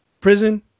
prison